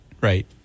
right